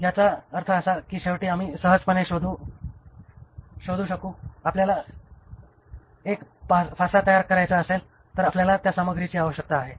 याचा अर्थ असा आहे की शेवटी आम्ही सहजपणे शोधू शकू आपल्याला हा एक पासा तयार करायचा असेल तर आपल्याला त्या सामग्रीची आवश्यकता आहे